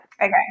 Okay